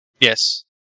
Yes